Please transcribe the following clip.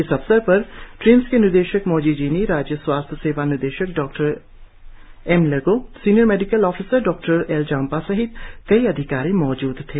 इस अवसर पर ट्रिम्स के निदेशक मोजी जिनी राज्य स्वास्थ्य सेवा निदेशक डॉएमलेगो सीनियर मेडिकल ऑफिसर डॉ एलजम्पा सहित कई अधिकारी मौजूद थे